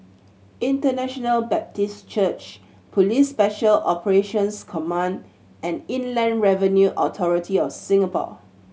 International Baptist Church Police Special Operations Command and Inland Revenue Authority of Singapore